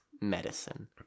medicine